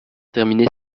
terminé